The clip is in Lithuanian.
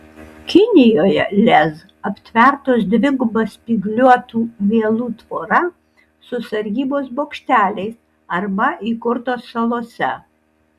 kinijoje lez aptvertos dviguba spygliuotų vielų tvora su sargybos bokšteliais arba įkurtos salose